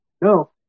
no